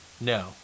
No